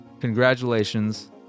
Congratulations